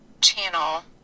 channel